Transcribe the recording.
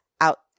out